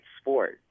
sport